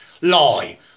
Lie